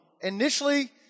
Initially